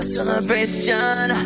Celebration